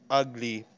ugly